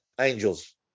angels